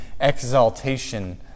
exaltation